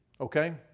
Okay